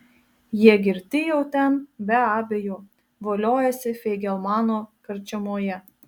jie girti jau ten be abejo voliojasi feigelmano karčiamoje